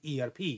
ERP